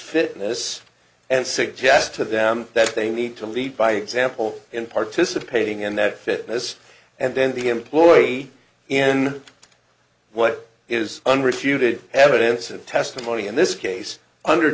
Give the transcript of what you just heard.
fitness and suggest to them that they need to lead by example in participating in that fitness and then the employee in what is unrefuted evidence and testimony in this case under